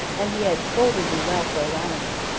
and he had scolded me well for allowing it.